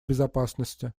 безопасности